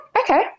okay